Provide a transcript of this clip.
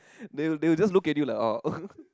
they will they will just look at you like orh